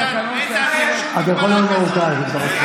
איתן, איתן, אין שום הגבלה כזאת.